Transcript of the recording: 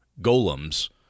golems